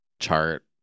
chart